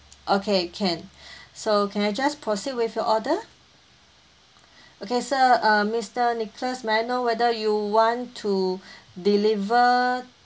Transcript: okay can so can I just proceed with your order okay sir uh mister nicholas may I know whether you want to deliver